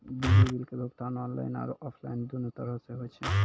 बिजली बिल के भुगतान आनलाइन आरु आफलाइन दुनू तरहो से होय छै